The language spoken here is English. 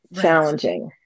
challenging